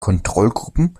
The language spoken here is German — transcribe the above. kontrollgruppen